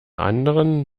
anderen